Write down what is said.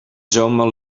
zomer